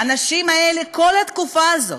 האנשים האלה כל התקופה הזאת,